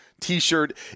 t-shirt